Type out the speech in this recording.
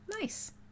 Nice